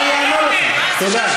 אולי הוא יענה לך.